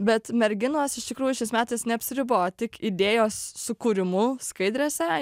bet merginos iš tikrųjų šiais metas neapsiribojo tik idėjos sukūrimu skaidrėse